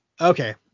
okay